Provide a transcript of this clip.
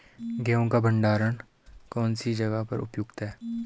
गेहूँ का भंडारण कौन सी जगह पर उपयुक्त है?